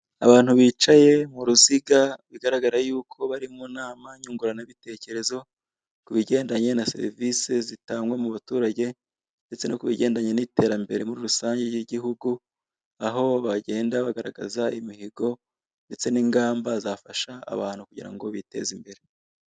Abantu bicaye mu ruziga bigaragara ko bari mu nama nyunguranabitekerezo ku bigendanye na serivise zitangwa mu baturage ndetse no ku bigendanye n'iterambere muri rusange ry'igihugu aho bagenda bagaragaza imihigo ndetse n'ingamba zafasha abantu kugira ngo biteze imbere.